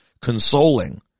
consoling